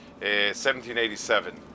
1787